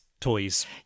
toys